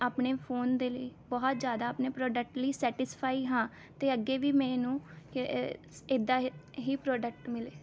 ਆਪਣੇ ਫੋਨ ਦੇ ਲਈ ਬਹੁਤ ਜ਼ਿਆਦਾ ਆਪਣੇ ਪਰੋਡਕਟ ਲਈ ਸੈਟਸਫਾਈ ਹਾਂ ਅਤੇ ਅੱਗੇ ਵੀ ਮੈਨੂੰ ਇੱਦਾਂ ਹ ਹੀ ਪਰੋਡਕਟ ਮਿਲੇ